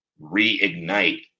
reignite